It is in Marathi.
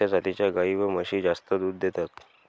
कोणत्या जातीच्या गाई व म्हशी जास्त दूध देतात?